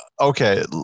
okay